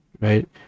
right